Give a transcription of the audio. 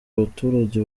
abaturage